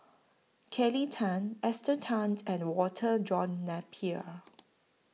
Kelly Tang Esther Tan and Walter John Napier